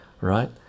right